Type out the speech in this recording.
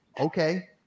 Okay